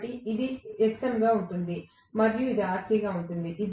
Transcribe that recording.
కాబట్టి ఇది Xm గా ఉంటుంది మరియు ఇది Rc గా ఉంటుంది